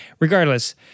Regardless